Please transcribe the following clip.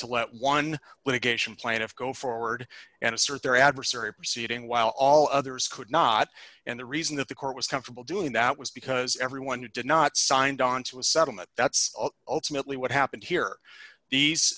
to let one litigation plaintiff go forward and assert their adversary proceeding while all others could not and the reason that the court was comfortable doing that was because everyone who did not signed onto a settlement that's ultimately what happened here these